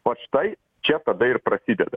o štai čia tada ir prasideda